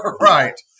right